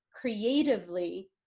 creatively